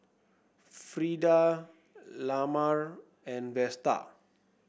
Frida Lamar and Vester